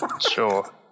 sure